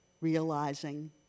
realizing